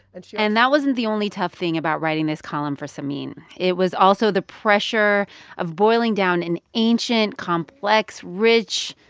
and she. and that wasn't the only tough thing about writing this column for samin. it was also the pressure of boiling down an ancient, complex, rich,